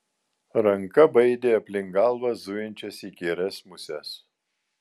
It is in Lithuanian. ranka baidė aplink galvą zujančias įkyrias muses